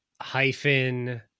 hyphen